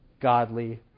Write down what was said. godly